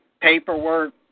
paperwork